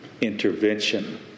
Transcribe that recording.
intervention